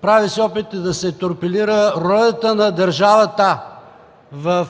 Прави се опит да се торпилира ролята на държавата в